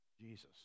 Jesus